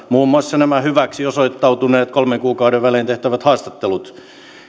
muun muassa nämä hyväksi osoittautuneet kolmen kuukauden välein tehtävät haastattelut